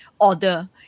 order